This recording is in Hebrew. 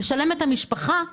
משלמת המשפחה מעבר.